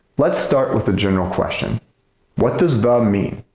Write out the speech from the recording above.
let's start with a general question what does the um mean?